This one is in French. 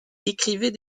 écrivait